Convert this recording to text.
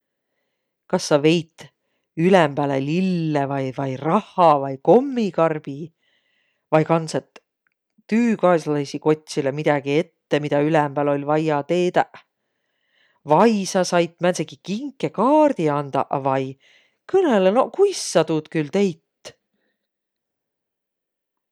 Kas sa veit ülembäle lille vai vai rahha vai kommikarbi? Vai kandsõt tüükaaslaisi kotsilõ midägi ette, midä ülembäl oll' vaia teedäq? Vai sa sait määntsegi kinkekaardi andaq vai? Kõnõlõq no, kuis sa tuud külh teit!